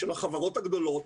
של החברות הגדולות,